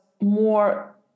more